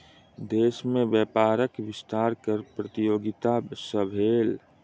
देश में व्यापारक विस्तार कर प्रतियोगिता सॅ भेल